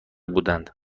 بودند